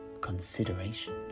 consideration